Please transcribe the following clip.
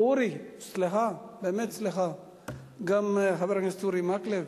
אורי, סליחה, באמת סליחה, גם חבר הכנסת אורי מקלב.